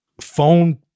phone